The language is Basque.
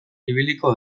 ibiliko